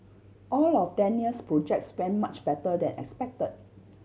all of Daniel's projects went much better than expect